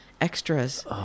extras